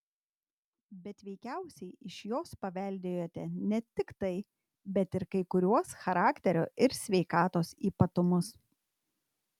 bet veikiausiai iš jos paveldėjote ne tik tai bet ir kai kuriuos charakterio ir sveikatos ypatumus